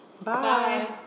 Bye